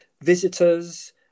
visitors